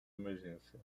emergência